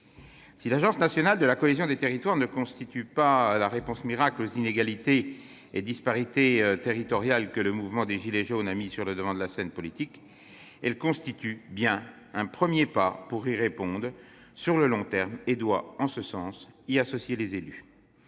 Si l'Agence nationale de la cohésion des territoires ne constitue pas le remède miracle aux inégalités et disparités territoriales que le mouvement des « gilets jaunes » a mises sur le devant de la scène politique, elle représente bien un premier pas pour y répondre sur le long terme et, en ce sens, les élus